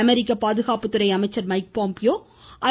அமெரிக்க பாதுகாப்பு துறை அமைச்சர் மைக் பாம்பியோ ஐ